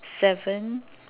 seven